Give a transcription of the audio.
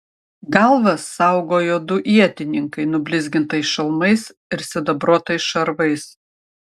galvas saugojo du ietininkai nublizgintais šalmais ir sidabruotais šarvais